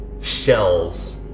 shells